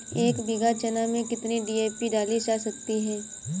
एक बीघा चना में कितनी डी.ए.पी डाली जा सकती है?